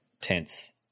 tense